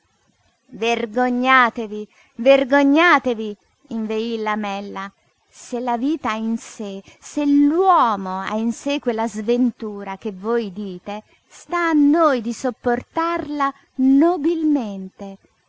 vergognatevi vergognatevi inveí il lamella se la vita ha in sé se l'uomo ha in sé quella sventura che voi dite sta a noi di sopportarla nobilmente